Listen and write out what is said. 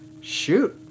shoot